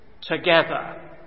together